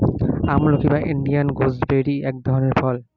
আমলকি বা Indian gooseberry এক ধরনের ফল